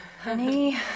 Honey